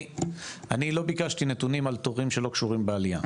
אני לא ביקשתי נתונים על תורים שלא קשורים בעלייה.